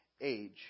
age